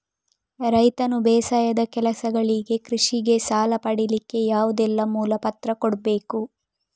ರೈತನು ಬೇಸಾಯದ ಕೆಲಸಗಳಿಗೆ, ಕೃಷಿಗೆ ಸಾಲ ಪಡಿಲಿಕ್ಕೆ ಯಾವುದೆಲ್ಲ ಮೂಲ ಪತ್ರ ಕೊಡ್ಬೇಕು?